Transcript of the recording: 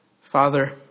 Father